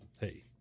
hey